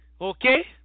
okay